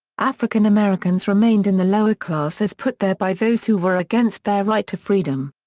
african americans remained in the lower class as put there by those who were against their right to freedom.